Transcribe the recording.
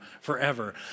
forever